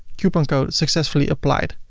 coupon code successfully applied.